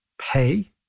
pay